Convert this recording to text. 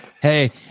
Hey